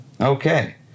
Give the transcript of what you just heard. Okay